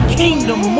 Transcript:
kingdom